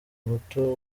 muto